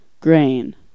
grain